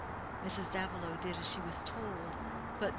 mrs. davilow did as she was told,